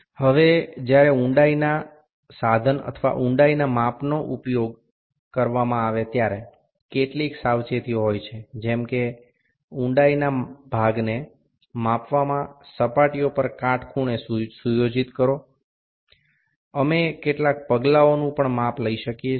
હવે જ્યારે ઊંડાઈનાં સાધન અથવા ઊંડાઈના માપનનો ઉપયોગ કરવામાં આવે ત્યારે કેટલીક સાવચેતીઓ હોય છે જેમ કે ઊંડાઈના ભાગને માપવામાં સપાટીઓ પર કાટખૂણે સુયોજિત કરો અમે કેટલાંક પગલાઓનું પણ માપ લઇ શકીએ છીએ